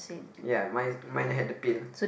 ya mine is mine had the pin